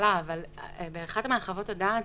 מחוות הדעת